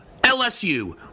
LSU